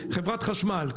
חברת חשמל,